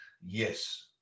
Yes